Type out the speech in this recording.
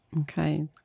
Okay